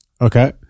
Okay